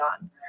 on